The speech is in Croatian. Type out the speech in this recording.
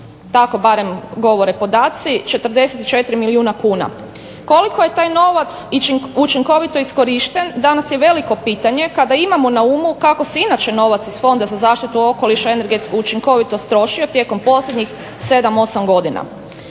tako barem govore podaci, 44 milijuna kuna. Koliko je taj novac učinkovito iskorišten danas je veliko pitanje kada imamo na umu kako se inače novac iz Fonda za zaštitu okoliša i energetsku učinkovitost trošio tijekom posljednjih 7, 8 godina.